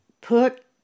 Put